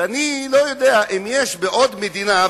ואני לא יודע אם יש בעוד מדינה,